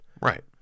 right